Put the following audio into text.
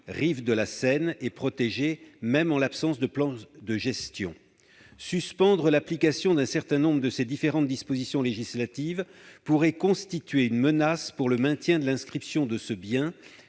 rives de la Seine » est protégée, même en l'absence de plan de gestion. Suspendre l'application d'un certain nombre de ces différentes dispositions législatives pourrait constituer une menace pour le maintien de l'inscription de ce bien